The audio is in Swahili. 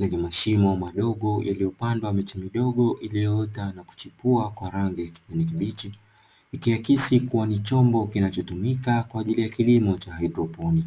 yenye mshimo madogo yaliyopandwa miche midogo iliyoota na kuchipua kwa rangi ya kijani kibichi, ikiakisi kuwa ni chombo kinachotumika kwa ajili ya kilimo cha haidroponi.